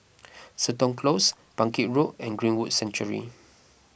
Seton Close Bangkit Road and Greenwood Sanctuary